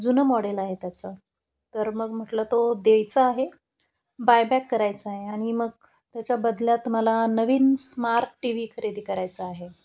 जुनं मॉडेल आहे त्याचं तर मग म्हटलं तो दयच आहे बायबॅक करायचा आहे आणि मग त्याच्या बदल्यात मला नवीन स्मारक टी व्ही खरेदी करायचां आहे